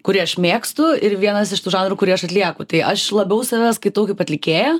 kurį aš mėgstu ir vienas iš tų žanrų kurį aš atlieku tai aš labiau save skaitau kaip atlikėją